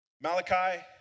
Malachi